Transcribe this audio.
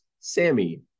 Sammy